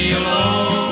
alone